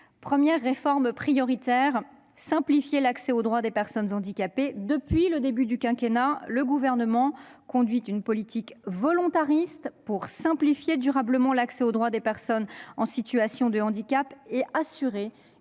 première réforme prioritaire porte sur la simplification de l'accès aux droits des personnes handicapées. Depuis le début du quinquennat, le Gouvernement conduit une politique volontariste pour simplifier durablement l'accès aux droits des personnes en situation de handicap et assurer